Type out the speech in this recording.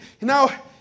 now